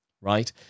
right